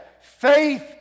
faith